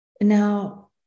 Now